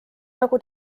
nagu